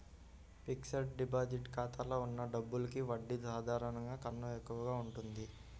fixed deposit ఖాతాలో ఉన్న డబ్బులకి వడ్డీ సాధారణం కన్నా ఎక్కువగా ఉంటుంది